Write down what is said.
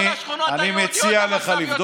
בכל השכונות היהודיות המצב יותר טוב.